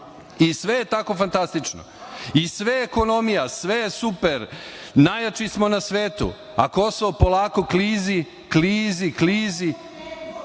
I sve je tako fantastično, sve je ekonomija, sve je super, najjači smo na svetu, a Kosovo polako klizi, klizi. Kosovo